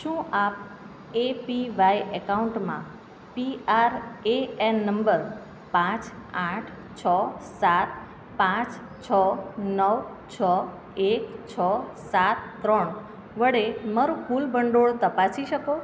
શું આપ એપીવાય એકાઉન્ટમાં પીઆરએએન નંબર પાંચ આઠ છ સાત પાંચ છ નવ છ એક છ સાત ત્રણ વડે મારું કુલ ભંડોળ તપાસી શકો